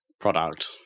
product